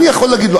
אני יכול לומר לו: